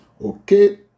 okay